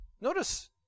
notice